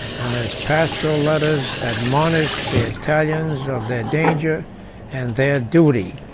and his pastoral letters admonished the italians of their danger and their duty.